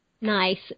Nice